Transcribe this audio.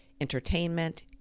entertainment